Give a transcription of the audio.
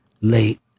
late